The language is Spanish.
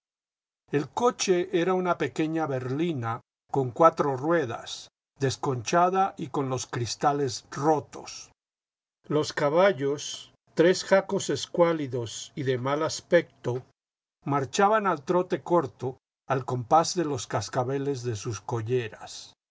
el coche era una pequeña berlina con cuatro ruedas desconchada y con los cristales rotos los caballos tres jacos escuálidos y de mal aspecto marchaban al trote corto al compás de los cascabeles de sus colleras